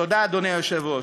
תודה, אדוני היושב-ראש.